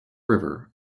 river